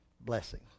blessing